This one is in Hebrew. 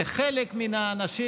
ושחלק מהאנשים,